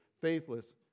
faithless